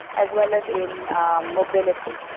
as well as in mobility.